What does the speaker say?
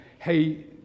Hey